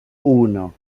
uno